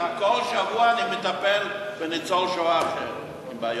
אבל כל שבוע אני מטפל בניצול שואה אחר עם בעיות.